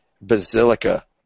basilica